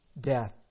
death